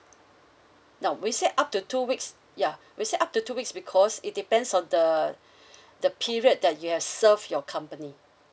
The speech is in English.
no we set up to two weeks yeah we set up to two weeks because it depends on the the period that you have served your company